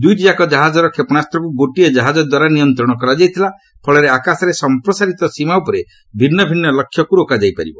ଦୁଇଟିଯାକ ଜାହାଜର କ୍ଷେପଶାସକୁ ଗୋଟିଏ ଜାହାଜ ଦ୍ୱାରା ନିୟନ୍ତ୍ରଣ କରାଯାଇଥିଲା ଫଳରେ ଆକାଶରେ ସମ୍ପ୍ରସାରିତ ସୀମା ଉପରେ ଭିନ୍ନ ଭିନ୍ନ ଲକ୍ଷ୍ୟକୁ ରୋକାଯାଇ ପାରିବ